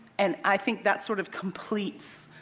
and i think that sort of completes,